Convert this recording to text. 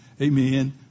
Amen